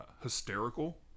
hysterical